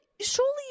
surely